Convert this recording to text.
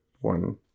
one